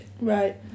Right